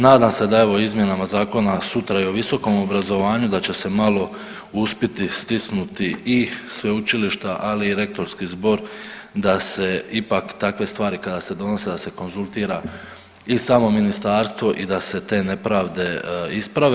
Nadam se, da evo, izmjenama zakona sutra i o visokom obrazovanju, da će se malo uspiti stisnuti i sveučilišta, ali i Rektorski zbor da se ipak, takve stvari kada se donose, da se konzultira i samo ministarstvo i da se te nepravde isprave.